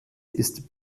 ist